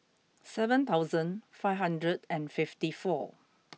seven thousand five hundred and fifty four